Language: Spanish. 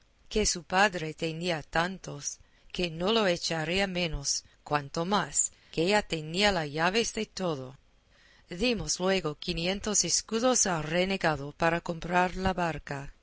que su padre tenía tantos que no lo echaría menos cuanto más que ella tenía la llaves de todo dimos luego quinientos escudos al renegado para comprar la barca